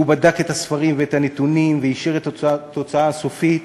הוא בדק את הספרים ואת הנתונים ואישר את התוצאה הסופית.